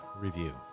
review